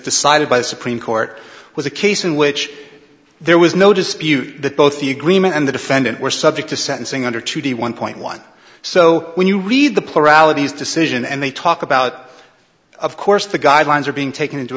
decided by the supreme court was a case in which there was no dispute that both the agreement and the defendant were subject to sentencing under two d one point one so when you read the pluralities decision and they talk about of course the guidelines are being taken into